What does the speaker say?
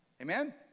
Amen